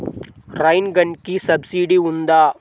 Rain గన్కి subsidy ఉందా?